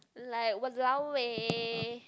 like walao eh